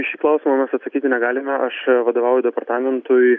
į šį klausimą mes atsakyti negalime aš vadovavau departamentui